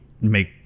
make